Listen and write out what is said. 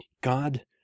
God